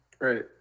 Right